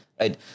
Right